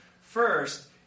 First